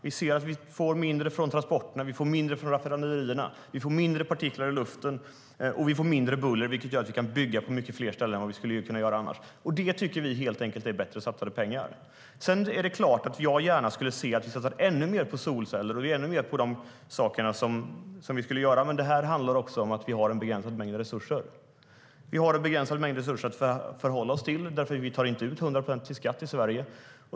Vi ser att vi får mindre utsläpp från transporterna och raffinaderierna. Vi får färre partiklar i luften och mindre buller, vilket gör att vi kan bygga på många fler ställen än vi skulle kunna göra annars. Det tycker vi helt enkelt är bättre satsade pengar. Det är klart att jag gärna skulle se att vi satsade ännu mer på solceller och sådana saker, men det här handlar också om att vi har en begränsad mängd resurser. Vi har en begränsad mängd resurser att förhålla oss till eftersom vi inte tar ut 100 procent i skatt i Sverige.